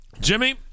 Jimmy